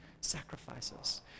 sacrifices